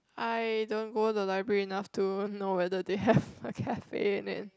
I don't go the library enough to know whether they have a cafe in it